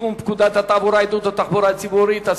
לתיקון פקודת התעבורה (עידוד תחבורה ציבורית),